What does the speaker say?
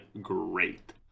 great